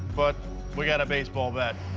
but we got a baseball bat.